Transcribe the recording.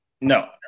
No